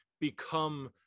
become